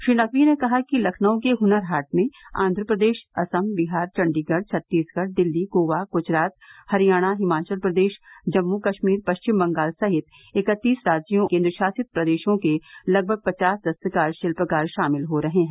श्री नकवी ने कहा कि लखनऊ के हुनर हाट में आन्ध्रप्रदेश असम बिहार चंडीगढ़ छत्तीसगढ़ दिल्ली गोवा गुजरात हरियाणा हिमाचल प्रदेश जम्मू कश्मीर पश्चिम बंगाल सहित इंकतीस राज्यों केन्द्रशासित प्रदेशों के लगभग पचास दस्तकार शिल्पकार शामिल हो रहे हैं